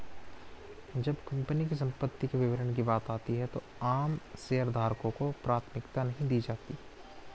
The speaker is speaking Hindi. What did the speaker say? जब कंपनी की संपत्ति के वितरण की बात आती है तो आम शेयरधारकों को प्राथमिकता नहीं दी जाती है